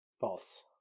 false